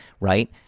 right